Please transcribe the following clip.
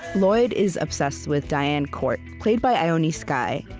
lloyd is obsessed with diane court, played by ione skye.